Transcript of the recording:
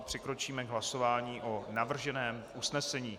Přikročíme k hlasování o navrženém usnesení.